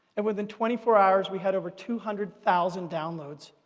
and within twenty four hours we had over two hundred thousand downloads,